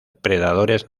predadores